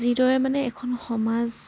যিদৰে মানে এখন সমাজ